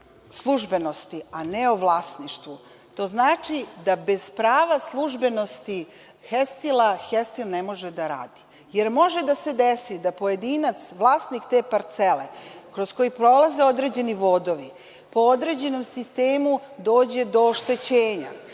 službenosti, a ne o vlasništvu, to znači da bez prava službenosti „Hestila“ „Hestil“ ne možda da radi, jer može da se desi da pojedinac vlasnik te parcele kroz koju prolaze određeni vodovi, po određenom sistemu dođe do oštećenja